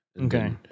Okay